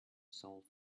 soul